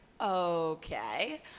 okay